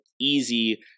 easy